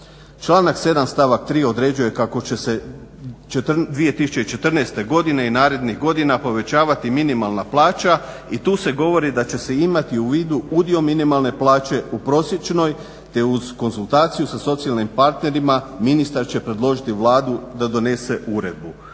Članak 7. stavak 3. određuje kako će se 2014. godine i narednih godina povećavati minimalna plaća i tu se govori da će se imati u vidu udio minimalne plaće u prosječnoj te uz konzultaciju sa socijalnim partnerima ministar će predložiti Vladi da donese uredbu.